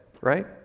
right